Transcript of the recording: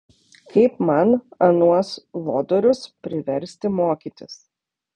kaip man anuos lodorius priversti mokytis